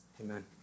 Amen